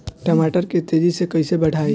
टमाटर के तेजी से कइसे बढ़ाई?